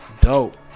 Dope